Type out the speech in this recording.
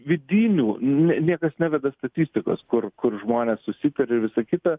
vidinių ne niekas neveda statistikos kur kur žmonės susitaria ir visa kita